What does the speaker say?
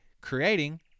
creating